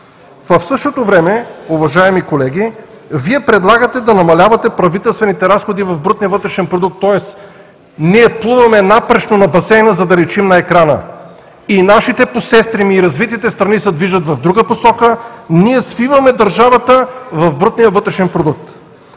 В същото време, уважаеми колеги, Вие предлагате да намалявате правителствените разходи в брутния вътрешен продукт, тоест ние плуваме напречно на басейна, за да личим на екрана. Нашите посестрими и развитите страни се движат в друга посока, а ние свиваме държавата в брутния вътрешен продукт.